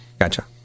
Gotcha